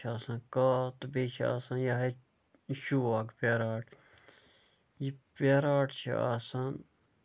بیٚیہِ چھُ آسان کاو تہٕ بیٚیہِ چھُ آسان یِہےَ یہِ شوگ پیروٹ یہِ پیروٹ چھُ آسان